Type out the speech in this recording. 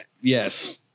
Yes